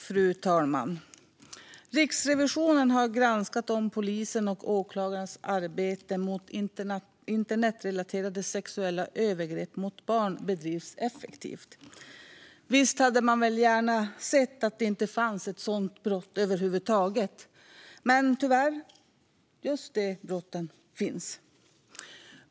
Fru talman! Riksrevisionen har granskat om polisens och åklagarnas arbete mot internetrelaterade sexuella övergrepp mot barn bedrivs effektivt. Visst hade man gärna sett att det inte fanns ett sådant brott över huvud taget. Men tyvärr finns just ett sådant brott.